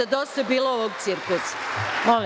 Dosta je bilo ovog cirkusa.